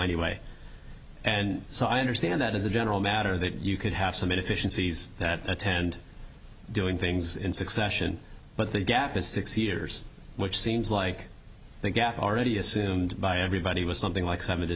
anyway and so i understand that as a general matter that you could have some inefficiencies that attend doing things in succession but the gap is six years which seems like the gap already assumed by everybody was something like s